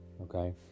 okay